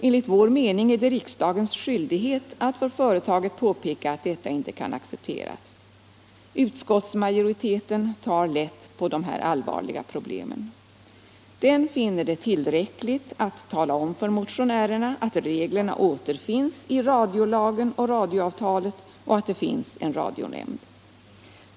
Enligt vår mening är det riksdagens skyldighet att för företaget påpeka att detta inte kan accepteras. Utskottsmajoriteten tar lätt på dessa allvarliga problem. Den anser det tillräckligt att tala om för motionärerna att reglerna återfinns i radiolagen och radioavtalet och att det finns en radionämnd.